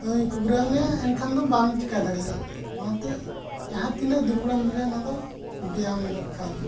ᱛᱟᱦᱩᱭ ᱠᱷᱩᱵᱨᱟᱹᱣ ᱢᱮᱭᱟ ᱮᱱᱠᱷᱟᱱ ᱫᱚ ᱵᱟᱢ ᱪᱤᱠᱟᱹ ᱫᱟᱲᱮᱭᱟᱜᱼᱟ ᱚᱱᱟᱛᱮ ᱡᱟᱦᱟᱸ ᱛᱤᱱᱟᱹᱜ ᱫᱩᱨᱵᱚᱞᱮᱢ ᱵᱩᱡᱷᱟᱹᱣ ᱚᱱᱟ ᱫᱚ ᱵᱮᱭᱟᱢ ᱫᱚᱨᱠᱟᱨ